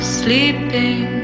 sleeping